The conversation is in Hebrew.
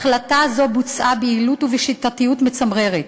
החלטה זו בוצעה ביעילות ובשיטתיות מצמררת.